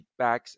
feedbacks